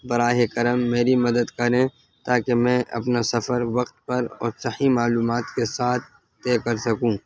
براہ کرم میری مدد کریں تاکہ میں اپنا سفر وقت پر اور صحیح معلومات کے ساتھ طے کر سکوں